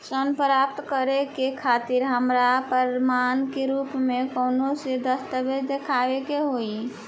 ऋण प्राप्त करे के खातिर हमरा प्रमाण के रूप में कउन से दस्तावेज़ दिखावे के होइ?